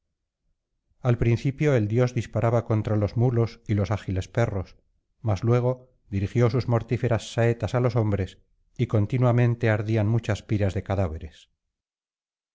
al principio el dios disparaba contra los mulos y los ágiles perros mas luego dirigió sus mortíferas saetas á los hombres y continuainente ardían muchas piras de cadáveres